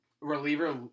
reliever